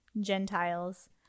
gentiles